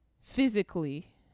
physically